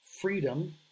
freedom